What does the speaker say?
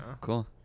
cool